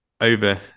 over